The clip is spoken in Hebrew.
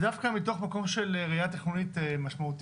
דווקא מתוך מקום של ראייה תכנונית משמעותית,